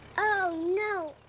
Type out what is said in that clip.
oh no!